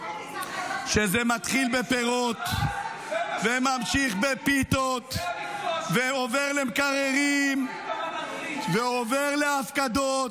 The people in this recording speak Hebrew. שזה מתחיל בפירות וממשיך בפיתות ועובר למקררים ועובר להפקדות.